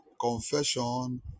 Confession